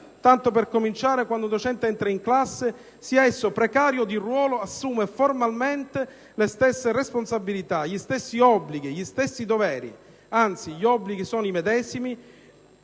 Tanto per cominciare, quando un docente entra in classe, sia esso precario o di ruolo, assume formalmente le stesse responsabilità, gli stessi obblighi, gli stessi doveri; anzi, gli obblighi sono i medesimi,